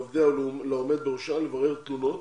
לעובדיה ולעומד בראשה לברר תלונות?